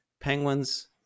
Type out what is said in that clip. Penguins